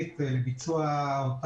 זה לא